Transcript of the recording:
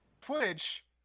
footage